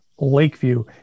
Lakeview